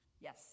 Yes